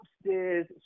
upstairs